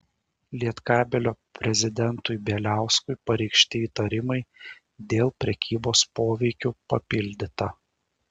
lietkabelio prezidentui bieliauskui pareikšti įtarimai dėl prekybos poveikiu papildyta